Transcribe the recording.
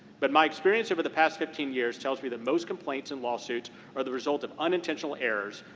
but my experience over the past fifteen years tells me that most complaints and lawsuits are the result of unintentional errors,